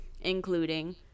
including